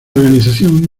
organización